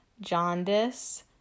jaundice